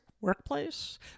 workplace